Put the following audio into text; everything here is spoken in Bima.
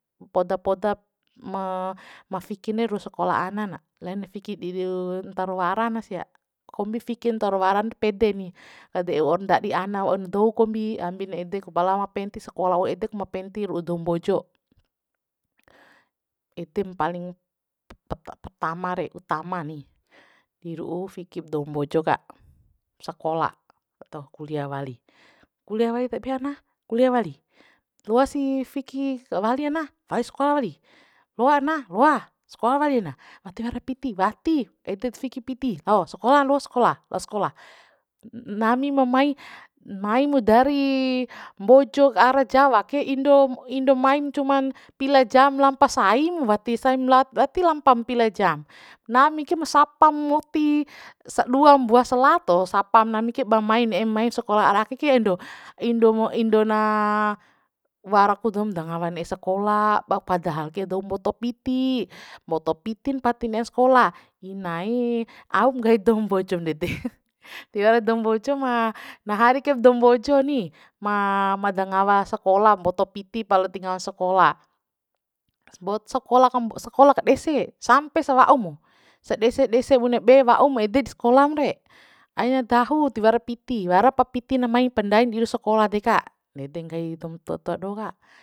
Poda podap ma ma fikin re ru'u sakola ana na lain fiki di ru'u ntaur wara na sia kombi fikin ntaul waran pede ni kade'e wa'u ndadi ana wa'un dou kombi ambin edek pala ma penti sakola wa'u edek ma penti ru'u doum mbojo ede mpaling pama re utama ni di ru'u fikip dou mbojo ka sakola atau kuliah wali kuliah wali tabe ana kuliah wali loasi fiki ka wali ana wali skola wali loa ana loa skola wali ana wati wara piti wati edep fiki piti lao skola lo skola laos skola nami ma mai mai mu dari mbojo ka ara jawa ke indom indom main cuman pila jam sampa sai mu wati sai mu watisaim laot wati lampam pila jam nami ke sapa moti sa dua mbua selat to sapam nami ke ba main ne'e mai skola ara ake ke endo indo indo na wara pu doum dangawa ne'e sakola ba padahal ke doum mboto piti mboto pitin pat ti ne'e skola inaee aup nggahi dou mbojo ndede tiwara dou mbojo ma na hari kaim dou mbojo ni ma ma dangawa sakola mboto piti pala tingawa sakola sakola kam sakola ka dese sampe sa waum sa dese dese bune be waum ede bune be waum ede skolam re aina dahu tiwara piti wara pa piti na mai pa ndain di ru'u sakola deka nede nggahi doum tua tua doho ka